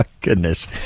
Goodness